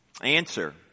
Answer